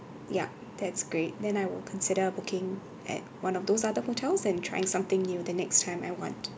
yup that's great then I will consider booking at one of those other hotels and try something new the next time I want